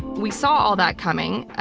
we saw all that coming.